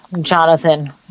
jonathan